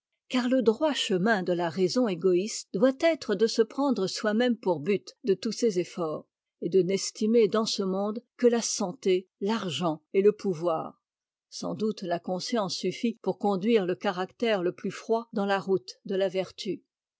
car le droit chemin de la raison égoïste doit être de se prendre soi-même pour but de tous ses efforts et de n'estimer dans ce monde que la santé l'argent et le pouvoir sans doute la conscience suffit pour conduire le caractère le plus froid dans la route de la vertu